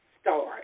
start